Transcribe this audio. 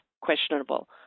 questionable